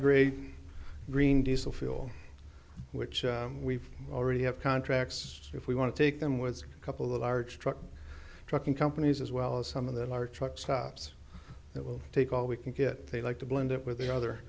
grade green diesel fuel which we already have contracts if we want to take them with a couple of large truck trucking companies as well as some of the large truck stops that will take all we can get they like to blend it with the other